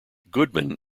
goodman